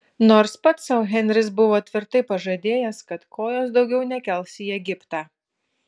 nors pats sau henris buvo tvirtai pažadėjęs kad kojos daugiau nekels į egiptą